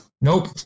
Nope